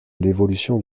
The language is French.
l’évolution